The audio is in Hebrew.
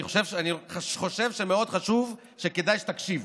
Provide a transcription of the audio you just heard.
אני חושב שמאוד חשוב וכדאי שתקשיבו: